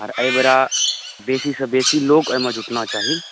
और एहि बेरा बेसी से बेसी लोक एहिमे जुटना चाही